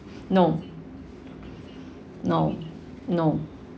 no no no